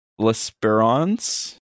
Lesperance